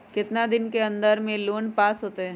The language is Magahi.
कितना दिन के अन्दर में लोन पास होत?